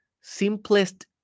simplest